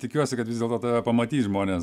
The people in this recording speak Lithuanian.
tikiuosi kad vis dėlto tave pamatys žmonės